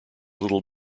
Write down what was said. little